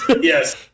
yes